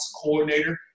coordinator